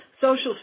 social